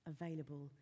available